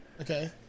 Okay